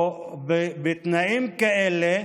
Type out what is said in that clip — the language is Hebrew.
בתנאים כאלה,